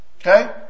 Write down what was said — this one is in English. Okay